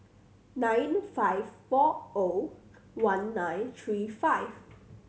nine in five four zero one nine three five